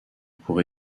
pour